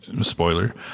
spoiler